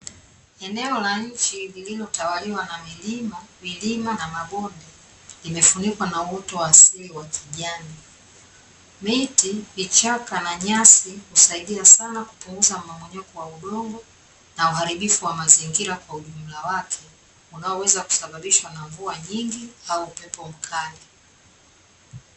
Eneo la nchi, lililotawaliwa na milima, vilima na mabonde, imefunikwa na uoto wa asili wa kijani Miti, vichaka, na nyasi, husaidia sana kupunguza mmomonyoko wa udongo, na uharibifu wa mazingira kwa ujumla wake, unaoweza kusababishwa na mvua nyingi, au upepo mkali.